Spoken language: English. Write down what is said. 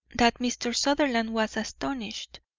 that mr. sutherland was astonished.